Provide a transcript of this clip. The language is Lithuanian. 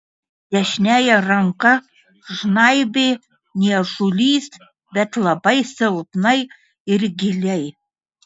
dešiniąją ranką žnaibė niežulys bet labai silpnai ir giliai